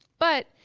but,